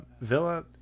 villa